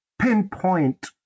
pinpoint